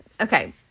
okay